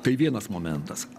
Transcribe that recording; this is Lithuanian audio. tai vienas momentas